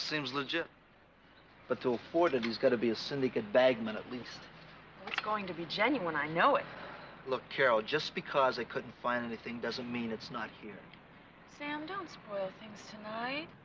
seems legit but to afford it he's got to be a syndicate bagman. at least it's going to be genuine i know it look carol just because i couldn't find anything doesn't mean it's not here sam. don't spoil things tonight.